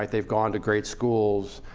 like they've gone to great schools.